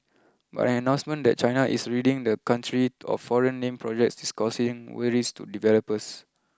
but an announcement that China is ridding the country of foreign name projects is causing worries to developers